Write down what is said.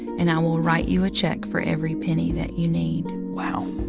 and i will write you a check for every penny that you need wow